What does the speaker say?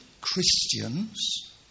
Christians